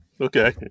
Okay